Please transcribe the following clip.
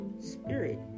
spirit